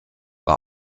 war